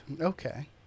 Okay